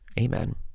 Amen